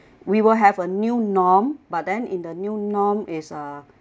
we will have a new norm but then in the new norm is uh